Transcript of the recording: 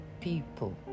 people